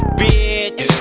bitch